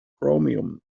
chromium